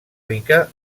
rica